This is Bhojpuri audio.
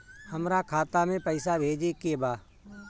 हमका खाता में पइसा भेजे के बा